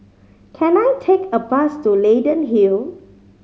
can I take a bus to Leyden Hill